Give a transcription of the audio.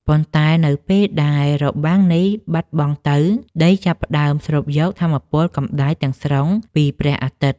ប៉ុន្តែនៅពេលដែលរបាំងនេះបាត់បង់ទៅ ដីចាប់ផ្តើមស្រូបយកថាមពលកម្ដៅទាំងស្រុងពីព្រះអាទិត្យ។